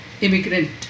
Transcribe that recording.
immigrant